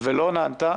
ולא נענתה,